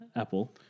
Apple